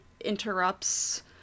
interrupts